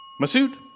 Masood